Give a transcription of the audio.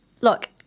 Look